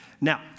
Now